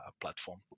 platform